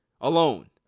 alone